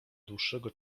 dłuższego